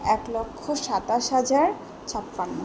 এক লক্ষ সাতাশ হাজার ছাপ্পান্নো